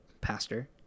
pastor